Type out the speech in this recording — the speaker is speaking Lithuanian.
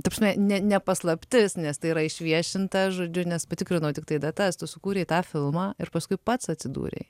ta prasme ne ne paslaptis nes tai yra išviešinta žodžiu nes patikrinau tiktai datas tu sukūrei tą filmą ir paskui pats atsidūrei